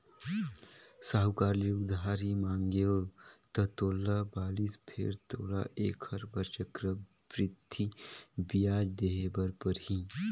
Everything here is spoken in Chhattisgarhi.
साहूकार ले उधारी मांगेंव त मोला बालिस फेर तोला ऐखर बर चक्रबृद्धि बियाज देहे बर परही